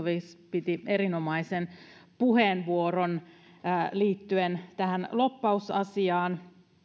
piti erinomaisen puheenvuoron liittyen tähän lobbausasiaan